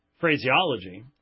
phraseology